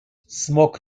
smok